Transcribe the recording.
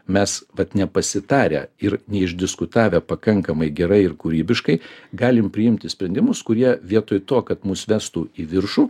mes vat nepasitarę ir neišdiskutavę pakankamai gerai ir kūrybiškai galim priimti sprendimus kurie vietoj to kad mus vestų į viršų